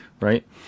right